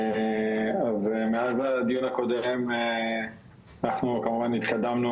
מאז הדיון הקודם אנחנו כמובן התקדמנו